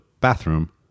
bathroom